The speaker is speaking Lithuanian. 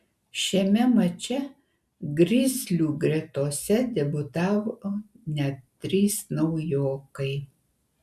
šiame mače grizlių gretose debiutavo net trys naujokai